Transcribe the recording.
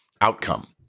outcome